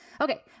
Okay